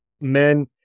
men